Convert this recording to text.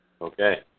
Okay